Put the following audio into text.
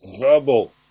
verbal